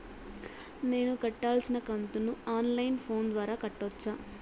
నేను కట్టాల్సిన కంతును ఆన్ లైను ఫోను ద్వారా కట్టొచ్చా?